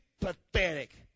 pathetic